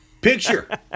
Picture